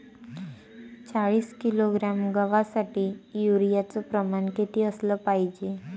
चाळीस किलोग्रॅम गवासाठी यूरिया च प्रमान किती असलं पायजे?